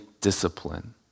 discipline